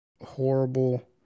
horrible